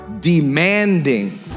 demanding